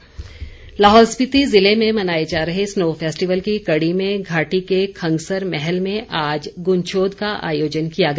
उत्सव लाहौल स्पीति ज़िले में मनाए जा रहे स्नो फैस्टिवल की कड़ी में घाटी के खंगसर महल में आज गुंछोद का आयोजन किया गया